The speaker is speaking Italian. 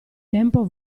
tempo